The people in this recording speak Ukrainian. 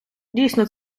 дійсно